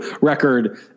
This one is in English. record